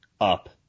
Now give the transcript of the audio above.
up